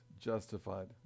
justified